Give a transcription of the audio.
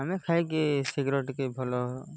ଆମେ ଖାଇକି ଶୀଘ୍ର ଟିକେ ଭଲ